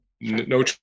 no